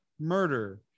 murder